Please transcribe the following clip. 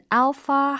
alpha